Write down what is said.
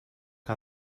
que